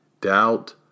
doubt